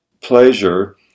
pleasure